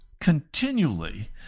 continually